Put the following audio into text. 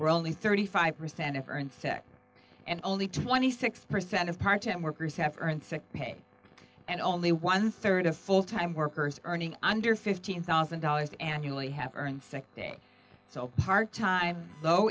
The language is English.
were only thirty five percent of current sec and only twenty six percent of part time workers have earned sick pay and only one third of full time workers earning under fifteen thousand dollars annually have earned sick day so part time low